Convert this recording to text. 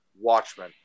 Watchmen